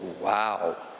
wow